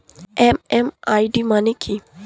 MMID মানে কি?